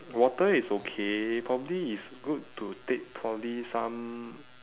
water is okay probably it's good to take probably some